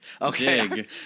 Okay